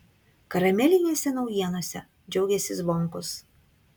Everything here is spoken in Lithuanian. karamelinėse naujienose džiaugėsi zvonkus